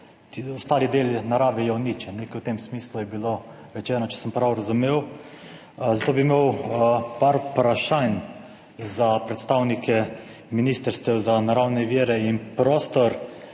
ostal del narave je uničen, nekaj v tem smislu je bilo rečeno, če sem prav razumel. Zato bi imel par vprašanj za predstavnike Ministrstva za naravne vire in prostor.